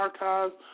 archives